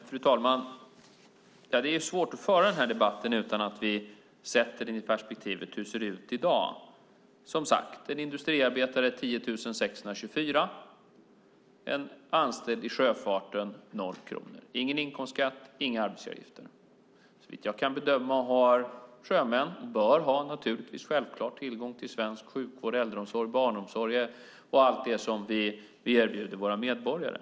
Fru talman! Det är svårt att föra den här debatten utan att ta upp perspektivet hur det ser ut i dag. En industriarbetare betalar 10 624 och en anställd i sjöfarten 0 kronor. Man betalar ingen inkomstskatt och inga arbetsgivaravgifter. Såvitt jag kan bedöma har sjömän, och det bör de naturligtvis ha, tillgång till svensk sjukvård, äldreomsorg, barnomsorg och allt det som vi erbjuder våra medborgare.